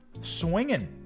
swinging